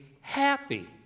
happy